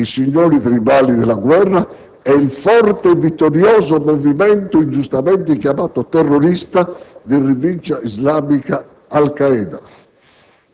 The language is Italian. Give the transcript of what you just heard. i signori tribali della guerra e il forte e vittorioso movimento, ingiustamente chiamato terrorista, di Rivincita islamica Al Qaeda,